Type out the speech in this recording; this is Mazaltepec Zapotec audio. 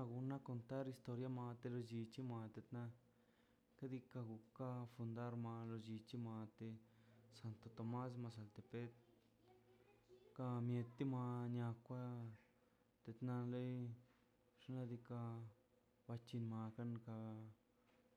Na guna congar historia ma te lo llichima det na kadika gon kax tondad mar lo chi bichi mate santo tomas mazaltepec ka mieti maña par titan le xnadika wachinanga